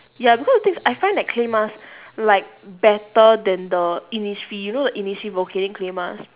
ya because the thing is I find that clay mask like better than the innisfree you know the innisfree volcanic clay mask